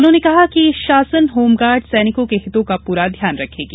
उन्होंने कहा कि शासन होमगार्ड सैनिकों के हितों का पूरा ध्यान रखेगी